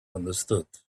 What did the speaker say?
understood